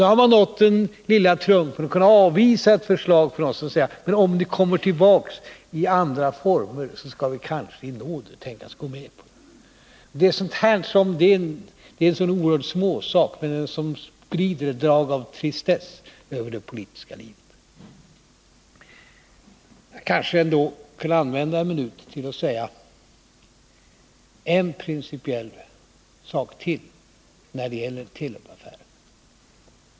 Då har man nått den lilla triumfen att kunna avvisa ett förslag från oss och säga: Om ni kommer tillbaka i andra former, så skall vi kanske i nåder kunna tänkas gå med på saken. Det här är en sådan oerhörd småsak, men det sprider ett drag av tristess över det politiska livet. Jag kanske ändå kunde använda en minut till att säga en principiell sak till när det gäller Telubaffären.